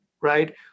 right